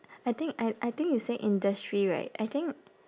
I think I I think you say industry right I think